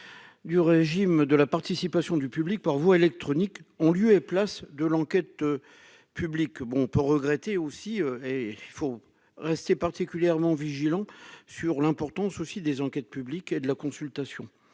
du régime de la participation du public par voie électronique, en lieu et place de l'enquête publique. Nous pourrions le regretter. Il faut rester particulièrement vigilant sur l'importance des enquêtes publiques et de la concertation.